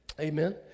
Amen